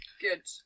good